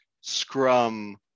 Scrum